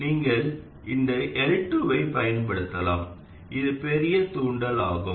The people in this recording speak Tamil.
நீங்கள் இந்த L2 ஐப் பயன்படுத்தலாம் இது பெரிய தூண்டல் ஆகும்